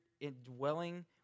indwelling